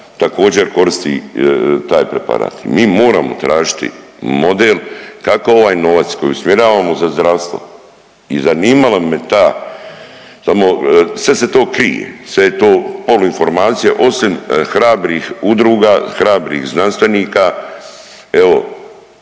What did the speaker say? također koristi taj preparat. I mi moramo tražiti model kako ovaj novac koji usmjeravamo za zdravstvo i zanimala bi me ta, samo sve se to krije, sve je to poluinformacija osim hrabrih udruga, hrabrih znanstvenika. Evo